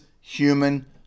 human